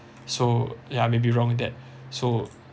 so ya maybe wrong that so